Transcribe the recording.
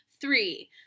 Three